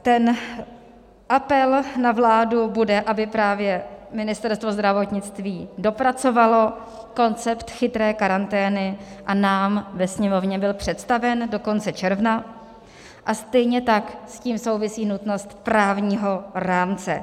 Ten apel na vládu bude, aby právě Ministerstvo zdravotnictví dopracovalo koncept chytré karantény a nám ve Sněmovně byl představen do konce června, a stejně tak s tím souvisí nutnost právního rámce.